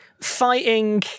fighting